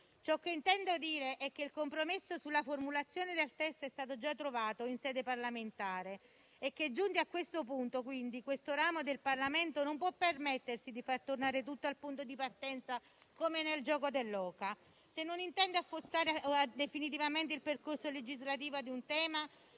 Ciò che intendo dire è che il compromesso sulla formulazione del testo è stato già trovato in sede parlamentare e che, giunti a tale momento, questo ramo del Parlamento non può permettersi di far tornare tutto al punto di partenza come nel gioco dell'oca, se non intende affossare definitivamente il percorso legislativo di un tema